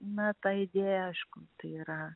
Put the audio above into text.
na ta idėja aišku tai yra